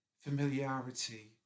familiarity